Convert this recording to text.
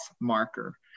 marker